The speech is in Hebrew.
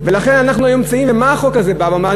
לכן אנחנו נמצאים, מה החוק הזה בא ואמר?